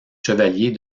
chevalier